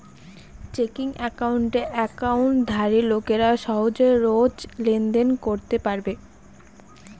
checking একাউণ্টে একাউন্টধারী লোকেরা সহজে রোজ লেনদেন করতে পারবে